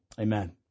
Amen